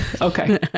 okay